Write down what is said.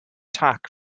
attack